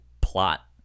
plot